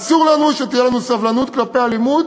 אסור לנו שתהיה לנו סובלנות כלפי אלימות,